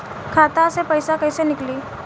खाता से पैसा कैसे नीकली?